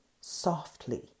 softly